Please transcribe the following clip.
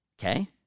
okay